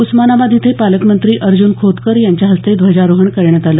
उस्मानाबाद इथे पालकमंत्री अर्जून खोतकर यांच्या हस्ते ध्वजारोहण करण्यात आलं